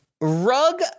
Rug